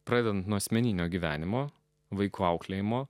pradedant nuo asmeninio gyvenimo vaikų auklėjimo